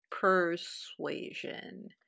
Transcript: Persuasion